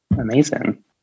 Amazing